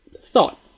thought